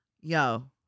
yo